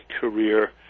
career